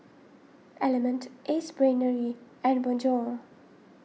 Element Ace Brainery and Bonjour